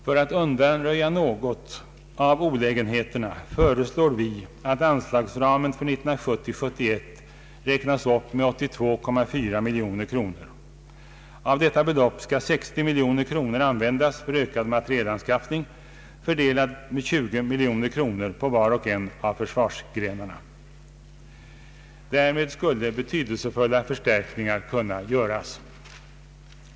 För att undanröja något av olägenheterna föreslår vi att anslagsramen för 1970/71 räknas upp med 82,4 miljoner kronor. Av detta belopp skall 60 miljoner kronor användas för ökad materielanskaffning, fördelade med 20 miljoner kronor på var och en av försvarsgrenarna. Därmed skulle betydelsefulla förstärkningar kunna göras.